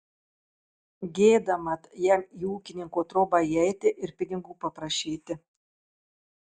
gėda mat jam į ūkininko trobą įeiti ir pinigų paprašyti